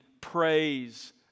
praise